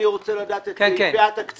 אני רוצה לדעת מה התקציב,